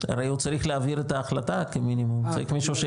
הרי הוא צריך להעביר את ההחלטה כי הוא צריך שיצביע